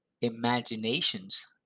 Imaginations